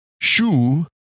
shoe